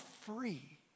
free